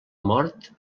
mort